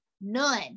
none